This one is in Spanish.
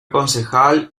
concejal